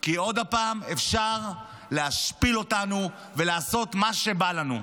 כי עוד פעם אפשר להשפיל אותנו, ולעשות מה שבא לנו.